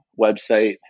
website